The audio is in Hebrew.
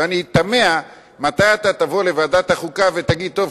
ואני תמה מתי אתה תבוא לוועדת החוקה ותגיד: טוב,